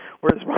Whereas